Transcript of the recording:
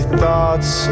thoughts